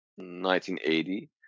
1980